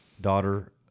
daughter